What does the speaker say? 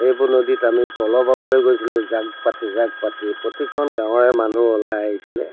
সেইবোৰ নদীত আমি প'ল' বাবলৈ গৈছিলোঁ জাক পাতি জাক পাতি প্ৰতিখন গাঁৱৰে মানুহ ওলাই আহিছিলে